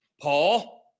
Paul